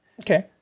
Okay